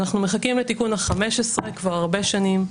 אנחנו מחכים לתיקון ה- 15 כבר הרבה שנים,.